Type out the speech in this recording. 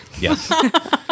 yes